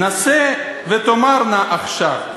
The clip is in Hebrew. נסה ותאמר נא עכשיו.